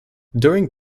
during